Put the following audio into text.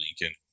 Lincoln